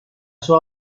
sua